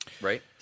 right